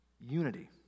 unity